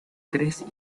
tres